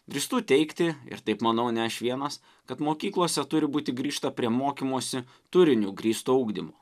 drįstu teigti ir taip manau ne aš vienas kad mokyklose turi būti grįžta prie mokymosi turiniu grįsto ugdymo